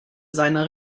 seiner